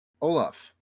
olaf